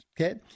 okay